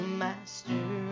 master